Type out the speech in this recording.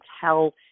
tell